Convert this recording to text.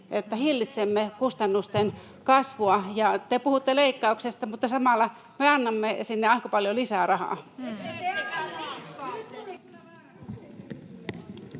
että hillitsemme kustannusten kasvua. Te puhutte leikkauksesta, mutta samalla me annamme sinne aika paljon lisää rahaa.